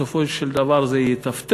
בסופו של דבר זה יטפטף.